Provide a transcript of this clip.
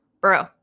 bro